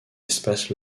espace